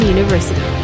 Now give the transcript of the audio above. University